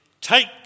Take